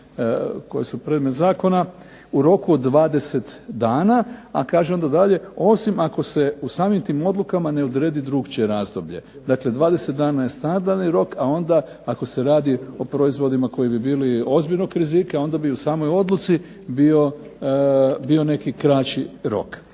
se./… zakona, u roku od 20 dana, a kaže onda dalje osim ako se u samim tim odlukama ne odredi drukčije razdoblje. Dakle 20 dana je standardni rok, a onda ako se radi o proizvodima koji bi bili ozbiljnog rizika, onda bi u samoj odluci bio neki kraći rok.